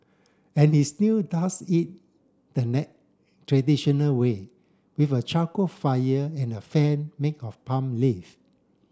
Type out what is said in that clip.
and he still does it the traditional way with a charcoal fire and a fan make of palm leaf